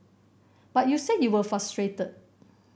but you said you were frustrated